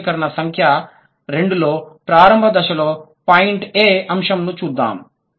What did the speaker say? సాధారణీకరణ సంఖ్య 2 లో ప్రారంభ దశ లోని పాయింట్ అంశంను చూద్దాం